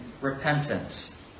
repentance